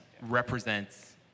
represents